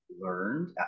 learned